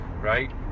Right